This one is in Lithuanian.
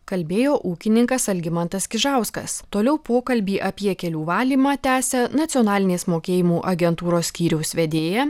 kalbėjo ūkininkas algimantas kižauskas toliau pokalbį apie kelių valymą tęsia nacionalinės mokėjimų agentūros skyriaus vedėja